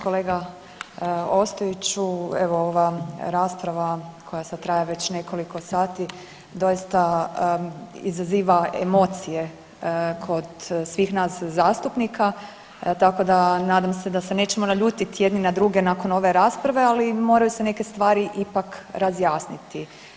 Kolega Ostojiću evo ova rasprava koja sad traje već nekoliko sati doista izaziva emocije kod svih nas zastupnika tako da nadam se da se nećemo naljutiti jedni na druge nakon ove rasprave ali moraju se neke stvari ipak razjasniti.